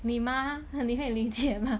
理吗 你会理解吗